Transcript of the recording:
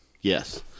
Yes